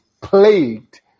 plagued